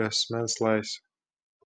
į asmens laisvę